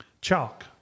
chalk